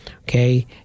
Okay